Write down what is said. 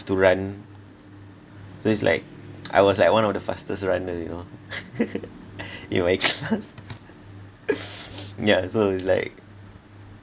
to run so it's like I was like one of the fastest runner you know in my class yeah so it's like